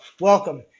welcome